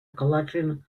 collection